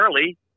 early